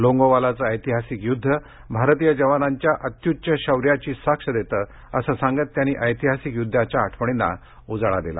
लोंगेवालाचं ऐतिहासिक युद्ध भारतीय जवानांच्या अत्युच्च शौर्याची साक्ष देतं असं सांगत त्यांनी ऐतिहासिक युद्धाच्या आठवणींना उजाळा दिला